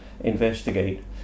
investigate